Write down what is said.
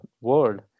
world